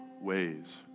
ways